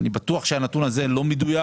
אני בטוח שהנתון הזה לא מדויק